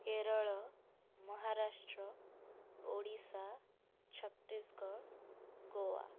Kerala Maharashtra Odisha Chhattisgarh Goa